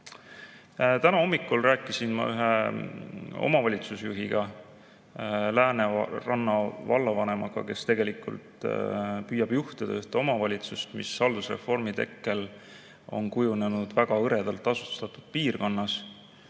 hommikul rääkisin ma ühe omavalitsusjuhiga, Lääneranna vallavanemaga, kes tegelikult püüab juhtida ühte omavalitsust, mis haldusreformi tekkel on kujunenud väga hõredalt asustatud piirkonnas: